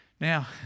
Now